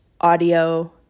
audio